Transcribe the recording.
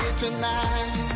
tonight